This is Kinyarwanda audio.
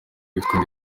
witwa